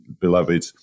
beloved